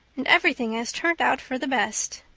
and everything has turned out for the best.